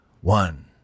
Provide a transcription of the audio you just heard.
one